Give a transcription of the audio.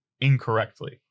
Incorrectly